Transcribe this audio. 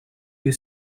you